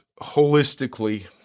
holistically